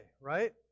right